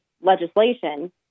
legislation